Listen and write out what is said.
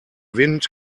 wind